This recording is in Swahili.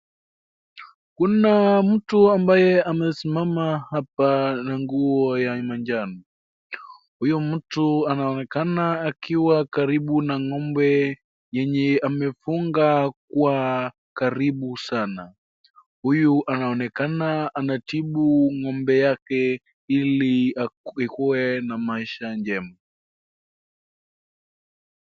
Kuna mtu ambaye amesimama hapa na nguo ya majano. Huyo mtu anaonekana akiwa karibu na ng'ombe yenye amefunga kwa karibu sana. Huyu anaonekana anatibu ng'ombe yake ili ikue na maisha jema.